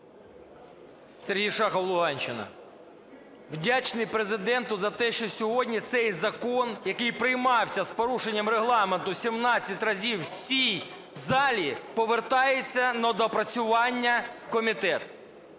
Сергій Шахов, Луганщина. Вдячний Президенту за те, що сьогодні цей закон, який приймався з порушенням Регламенту 17 разів в цій залі, повертається на доопрацювання в комітет.